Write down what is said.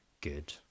good